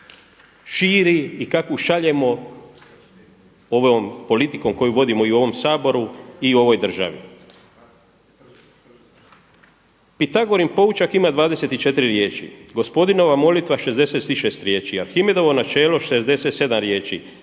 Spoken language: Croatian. širi i kakvu šaljemo ovom politikom koju vodimo i u ovom Saboru, i u ovoj državi. Pitagorin poučak ima 24 riječi, Gospodinova molitva 66 riječi, Arhimedovo načelo 67 riječi,